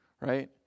right